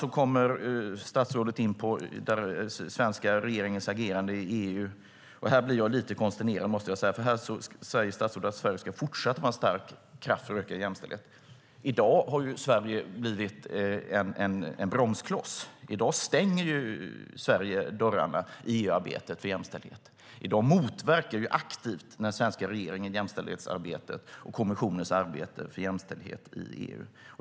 Sedan kommer statsrådet in på den svenska regeringens agerande i EU. Här blir jag lite konsternerad, måste jag säga. Statsrådet säger att Sverige ska fortsätta att vara en stark kraft för ökad jämställdhet. Men i dag har Sverige blivit en bromskloss. I dag stänger Sverige dörrarna för jämställdheten i EU-arbetet. I dag motverkar den svenska regeringen aktivt jämställdhetsarbetet och kommissionens arbete för jämställdhet i EU.